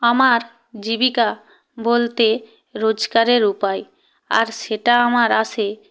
আমার জীবিকা বলতে রোজগারের উপায় আর সেটা আমার আসে